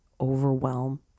overwhelm